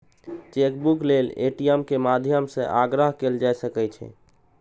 chequebook लेल ATM के माध्यम सं आग्रह कैल जा सकै छै